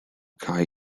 kai